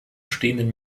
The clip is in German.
stehenden